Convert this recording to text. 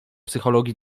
psychologii